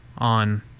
on